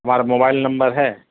ہمارا mobile number ہے